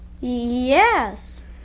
Yes